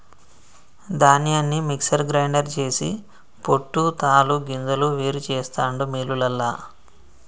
ధాన్యాన్ని mixer grinder చేసి పొట్టు తాలు గింజలు వేరు చెస్తాండు మిల్లులల్ల